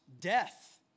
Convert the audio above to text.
death